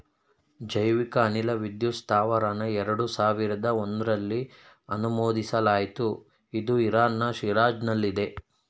ಜೈವಿಕ ಅನಿಲ ವಿದ್ಯುತ್ ಸ್ತಾವರನ ಎರಡು ಸಾವಿರ್ದ ಒಂಧ್ರಲ್ಲಿ ಅನುಮೋದಿಸಲಾಯ್ತು ಇದು ಇರಾನ್ನ ಶಿರಾಜ್ನಲ್ಲಿದೆ